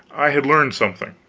i had learned something.